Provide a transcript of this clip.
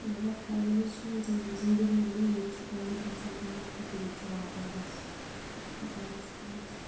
تہٕ مگر پھاینلی چھُ یہِ زندگی یی ییٚتہِ چھُ آمُت انسان امی خٲطرٕ ییٚتہِ چھُ واپس گژھُن چلو شکریہ